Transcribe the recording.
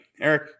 Eric